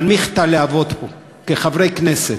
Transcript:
להנמיך את הלהבות פה, כחברי כנסת.